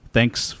Thanks